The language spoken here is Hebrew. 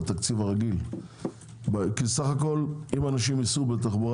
לתקציב הרגיל כי סך הכול אם אנשים ייסעו בתחבורה